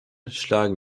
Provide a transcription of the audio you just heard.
schlagen